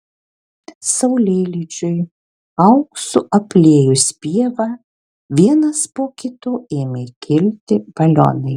saulėlydžiui auksu apliejus pievą vienas po kito ėmė kilti balionai